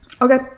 Okay